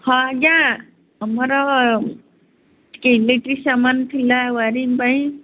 ହଁ ଆଜ୍ଞା ଆମର ଟିକେ ଇଲେକ୍ଟ୍ରିକ୍ ସାମାନ ଥିଲା ୱାରିଙ୍ଗ ପାଇଁ